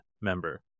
member